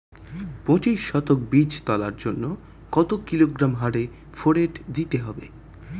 পঁচিশ শতক বীজ তলার জন্য কত কিলোগ্রাম হারে ফোরেট দিতে হবে?